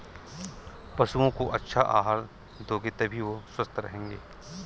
पशुओं को अच्छा आहार दोगे तभी वो स्वस्थ रहेंगे